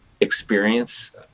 experience